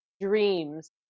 dreams